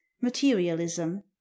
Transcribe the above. materialism